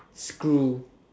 screw